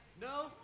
No